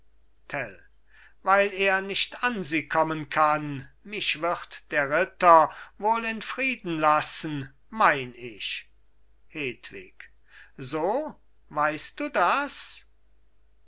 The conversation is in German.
weil er nicht an sie kommen kann mich wird der ritter wohl in frieden lassen mein ich hedwig so weisst du das